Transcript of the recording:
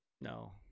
No